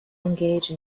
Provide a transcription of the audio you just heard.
engage